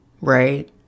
right